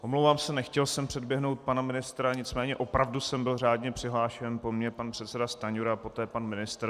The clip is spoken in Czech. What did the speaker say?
Omlouvám se, nechtěl jsem předběhnout pana ministra, nicméně opravdu jsem byl řádně přihlášen, po mně pan předseda Stanjura, poté pan ministr.